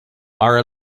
are